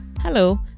Hello